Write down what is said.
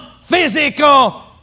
physical